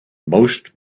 most